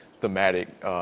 thematic